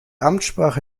amtssprache